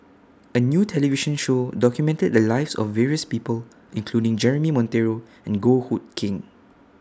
A New television Show documented The Lives of various People including Jeremy Monteiro and Goh Hood Keng